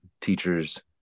teachers